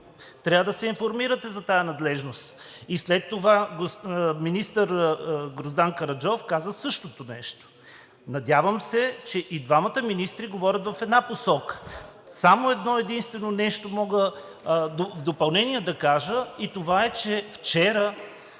Трябва да се информирате за тази надлежност. След това и министър Гроздан Караджов каза същото нещо. Надявам се, че и двамата министри говорят в една посока. Само едно-единствено нещо мога да кажа в допълнение и това е, че вчера,